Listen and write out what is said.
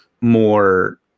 more